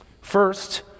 First